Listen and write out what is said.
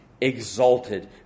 exalted